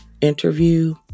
interview